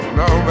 no